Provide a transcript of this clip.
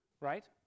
right